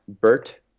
Bert